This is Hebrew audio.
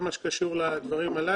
כל מה שקשור לדברים הללו.